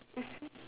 mmhmm